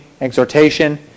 exhortation